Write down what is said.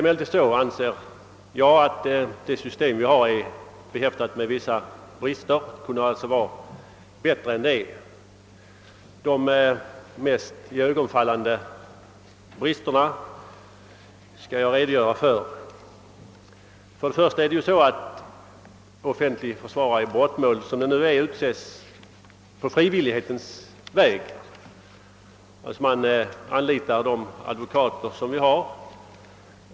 Jag anser dock att det system vi har är behäftat med vissa brister. Jag skall redogöra för de mest iögonfallande. Till att börja med vill jag framhålla att det är så att offentlig försvarare i brottmål utses på frivillighetens väg. Man anlitar de advokater som finns.